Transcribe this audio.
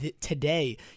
today